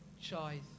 choice